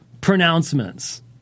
pronouncements